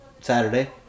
Saturday